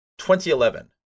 2011